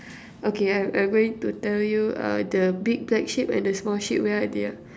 okay I'm I'm going to tell you uh the big black sheep and the small sheep where are they ah